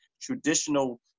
traditional